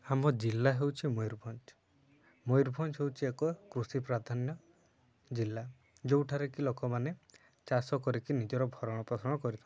ଆମ ଜିଲ୍ଲା ହେଉଛି ମୟୂରଭଞ୍ଜ ମୟୂରଭଞ୍ଜ ହେଉଛି ଏକ କୃଷିପ୍ରାଧାନ୍ୟ ଜିଲ୍ଲା ଯୋଉଁଠାରେକି ଲୋକମାନେ ଚାଷ କରିକି ନିଜର ଭରଣପୋଷଣ କରିଥାନ୍ତି